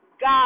God